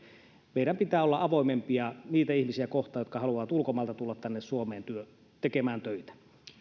meidän pitää olla avoimempia niitä ihmisiä kohtaan jotka haluavat ulkomailta tulla tänne suomeen tekemään töitä